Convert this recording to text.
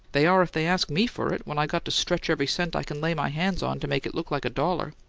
they are if they ask me for it, when i got to stretch every cent i can lay my hands on to make it look like a dollar!